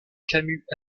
camus